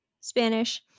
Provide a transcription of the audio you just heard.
Spanish